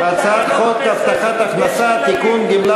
אנחנו ממשיכים בהצבעות.